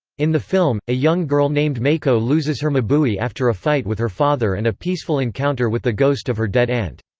in the film, a young girl named meiko loses her mabui after a fight with her father and a peaceful encounter with the ghost of her dead aunt.